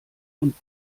und